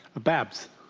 babs?